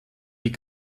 die